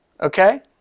Okay